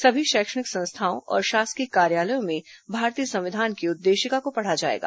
सभी शैक्षणिक संस्थाओं और शासकीय कार्यालयों में भारतीय संविधान की उद्देशिका को पढ़ा जाएगा